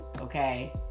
Okay